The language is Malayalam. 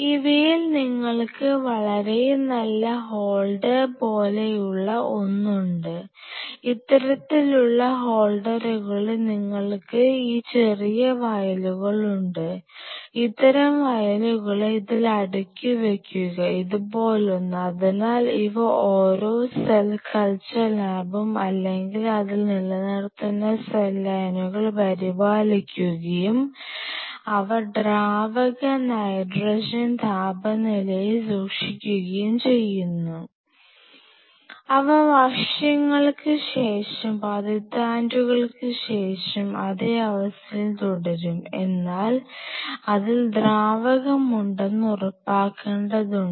ഇവയിൽ നിങ്ങൾക്ക് വളരെ നല്ല ഹോൾഡർ പോലെയുള്ള ഒന്ന് ഉണ്ട് ഇത്തരത്തിലുള്ള ഹോൾഡറുകളിൽ നിങ്ങൾക്ക് ഈ ചെറിയ വയലുകൾ ഉണ്ട് അത്തരം വയലുകളെ ഇതിൽ അടുക്കി വയ്ക്കുക ഇതുപോലൊന്ന് അതിനാൽ ഇവ ഓരോ സെൽ കൾച്ചർ ലാബും അല്ലെങ്കിൽ അതിൽ നിലനിർത്തുന്ന സെൽ ലൈനുകൾ പരിപാലിക്കുകയും അവ ദ്രാവക നൈട്രജൻ താപനിലയിൽ സൂക്ഷിക്കുകയും ചെയ്യുന്നു അവ വർഷങ്ങൾക്ക് ശേഷം പതിറ്റാണ്ടുകൾക്ക് ശേഷം അതെ അവസ്ഥയിൽ തുടരും എന്നാൽ അതിൽ ദ്രാവകമുണ്ടെന്ന് ഉറപ്പാക്കേണ്ടതുണ്ട്